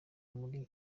muri